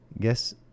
Guess